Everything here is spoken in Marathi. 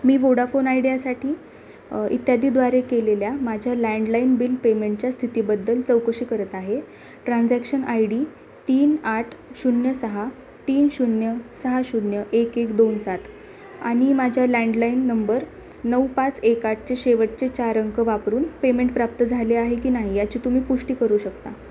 मी वोडाफोन आयडियासाठी इत्यादीद्वारे केलेल्या माझ्या लँडलाईन बिल पेमेंटच्या स्थितीबद्दल चौकशी करत आहे ट्रान्झॅक्शन आय डी तीन आठ शून्य सहा तीन शून्य सहा शून्य एक एक दोन सात आणि माझ्या लँडलाईन नंबर नऊ पाच एक आठचे शेवटचे चार अंक वापरून पेमेंट प्राप्त झाले आहे की नाही याची तुम्ही पुष्टी करू शकता